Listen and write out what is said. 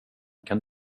kan